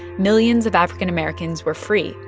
millions of african americans were free,